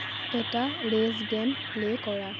এটা race game play কৰা